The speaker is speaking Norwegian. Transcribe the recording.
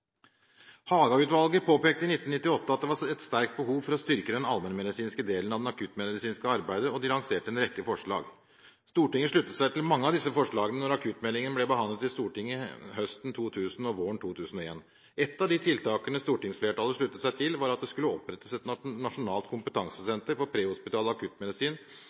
Haga-utvalget påpekte i 1998 at det var et sterkt behov for å styrke den allmennmedisinske delen av det akuttmedisinske arbeidet, og de lanserte en rekke forslag. Stortinget sluttet seg til mange av disse forslagene da akuttmeldingen ble behandlet i Stortinget høsten 2000 og våren 2001. Et av de tiltakene stortingsflertallet sluttet seg til, var at det skulle opprettes et nasjonalt kompetansesenter for prehospital akuttmedisin for å styrke kompetansen og koordinere ressurser innen akuttmedisin.